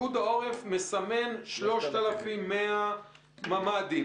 פיקוד העורף מסמן 3,100 ממ"דים.